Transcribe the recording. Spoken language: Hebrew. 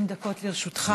20 דקות לרשותך.